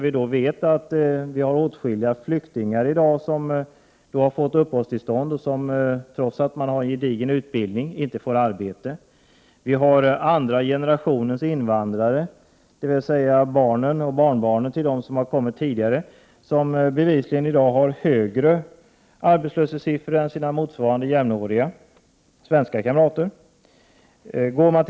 Vi vet att åtskilliga flyktingar som har fått uppehållstillstånd inte får arbete trots att de har en gedigen utbildning. Vi vet att andra generationens invandrare, barn och barnbarn till dem som har kommit till Sverige tidigare, bevisligen i större utsträckning än jämnåriga svenskar drabbas av arbetslöshet.